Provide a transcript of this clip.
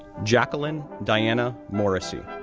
jacqueline dianna morrissey,